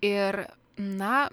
ir na